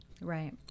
Right